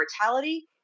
mortality